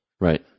Right